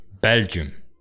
Belgium